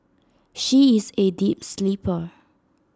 she is A deep sleeper